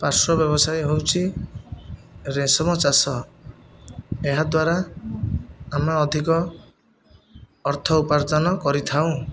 ପାର୍ଶ୍ୱ ବ୍ୟବସାୟ ହେଉଛି ରେଶମ ଚାଷ ଏହାଦ୍ଵାରା ଆମେ ଅଧିକ ଅର୍ଥ ଉପାର୍ଜନ କରିଥାଉ